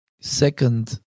second